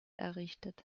errichtet